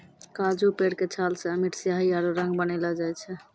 काजू पेड़ के छाल सॅ अमिट स्याही आरो रंग बनैलो जाय छै